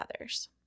others